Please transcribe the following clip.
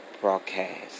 broadcast